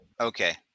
okay